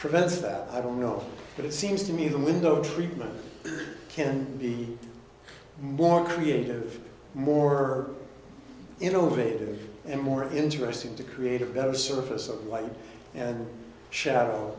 prevents that i don't know but it seems to me the window treatment can be more creative more innovative and more interesting to create a better surface of light and shadow